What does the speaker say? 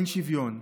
אין שוויון.